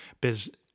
business